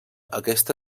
aquesta